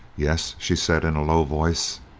yes, she said, in a low voice.